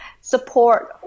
support